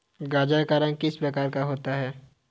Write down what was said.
गाजर का रंग किस प्रकार का होता है?